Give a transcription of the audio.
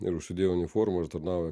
ir užsidėjo uniformą ir tarnauja